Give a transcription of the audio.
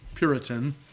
Puritan